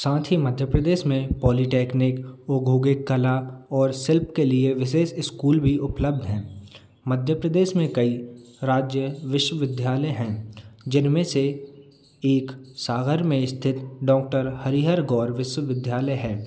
साथ ही मध्य प्रदेश में पॉलीटेक्निक औद्योगिक कला और शिल्प के लिए विशेष स्कूल भी उपलब्ध हैं मध्य प्रदेश में कई राज्य विश्वविद्यालय हैं जिनमें से एक सागर में स्थित डॉक्टर हरिहर गौर विश्वविद्यालय है